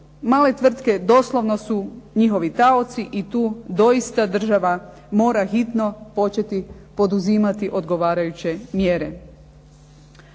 Male tvrtke doslovno su njihovi taoci i tu doista država mora hitno početi poduzimati odgovarajuće mjere.